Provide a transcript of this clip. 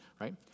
right